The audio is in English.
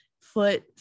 foot